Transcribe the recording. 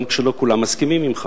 גם כשלא כולם מסכימים עמך.